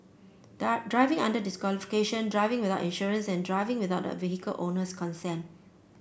driving under disqualification driving without insurance and driving without the vehicle owner's consent